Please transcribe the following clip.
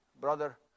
brother